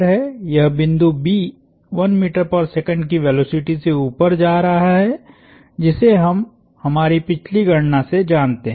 लंबाई 1 मीटर है यह बिंदु B की वेलोसिटी से ऊपर जा रहा है जिसे हम हमारी पिछली गणना से जानते हैं